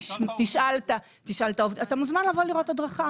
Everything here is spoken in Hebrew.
אתה מוזמן לבוא ולראות הדרכה.